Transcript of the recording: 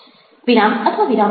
વિરામ અથવા વિરામનો અભાવ